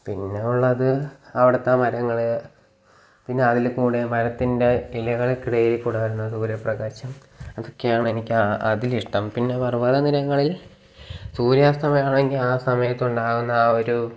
പിന്നുളളത് അവിടുത്തെ മരങ്ങൾ പിന്നെ അതിൽ ക്കൂടെ മരത്തിന്റെ ചില്ലകൾക്കിടയിൽക്കൂടി കാണുന്ന സൂര്യപ്രകാശം അതൊക്കെയാണ് എനിക്ക് അ അതിലിഷ്ടം പിന്നെ പർവ്വത നിരകളിൽ സൂര്യാസ്ഥമയമാണെങ്കിൽ ആ സമയത്തുണ്ടാകുന്ന ആ ഒരു